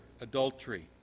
adultery